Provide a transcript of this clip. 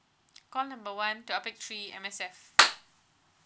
call number one topic three M_S_F